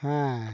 ᱦᱮᱸ